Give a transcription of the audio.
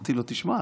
אמרתי לו: תשמע,